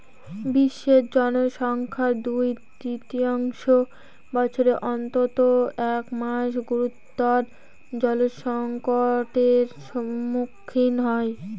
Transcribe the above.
বিশ্বের জনসংখ্যার দুই তৃতীয়াংশ বছরের অন্তত এক মাস গুরুতর জলসংকটের সম্মুখীন হয়